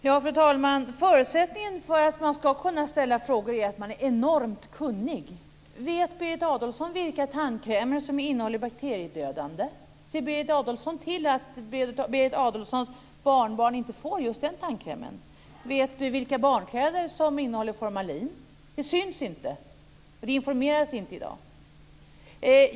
Fru talman! Förutsättningen för att man ska kunna ställa frågor är att man är enormt kunnig. Vet Berit Adolfsson vilka tandkrämer som innehåller bakteriedödande medel? Ser Berit Adolfsson till att hennes barnbarn inte får just den tandkrämen? Vet Berit Det syns inte! Det informeras inte om det i dag.